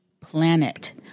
planet